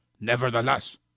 Nevertheless